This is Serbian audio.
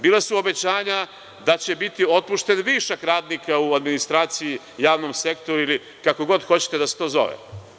Bila su obećanja da će biti otpušten višak radnika u administraciji, javnom sektoru ili kako god hoćete da se to zove.